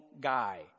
guy